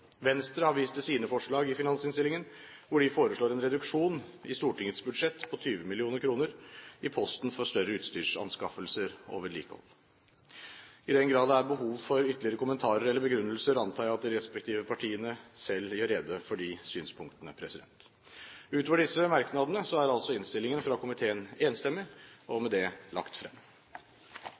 Venstre har vist til sine forslag i finansinnstillingen, hvor de foreslår en reduksjon i Stortingets budsjett på 20 mill. kr i posten for større utstyrsanskaffelser og vedlikehold. I den grad det er behov for ytterligere kommentarer eller begrunnelser, antar jeg at de respektive partiene selv gjør rede for de synspunktene. Utover disse merknadene er innstillingen fra komiteen enstemmig, og med det lagt frem.